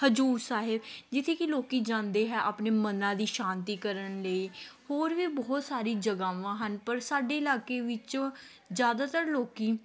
ਹਜ਼ੂਰ ਸਾਹਿਬ ਜਿੱਥੇ ਕਿ ਲੋਕ ਜਾਂਦੇ ਹੈ ਆਪਣੇ ਮਨ ਦੀ ਸ਼ਾਂਤੀ ਕਰਨ ਲਈ ਹੋਰ ਵੀ ਬਹੁਤ ਸਾਰੀ ਜਗ੍ਹਾਵਾਂ ਹਨ ਪਰ ਸਾਡੇ ਇਲਾਕੇ ਵਿੱਚੋਂ ਜ਼ਿਆਦਾਤਰ ਲੋਕ